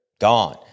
gone